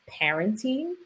parenting